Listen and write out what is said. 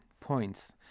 points